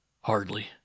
Hardly